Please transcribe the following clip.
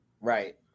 Right